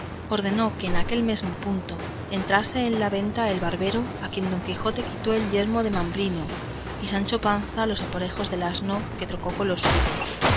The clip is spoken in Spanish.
ordenó que en aquel mesmo punto entró en la venta el barbero a quien don quijote quitó el yelmo de mambrino y sancho panza los aparejos del asno que trocó con los del suyo